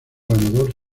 ganador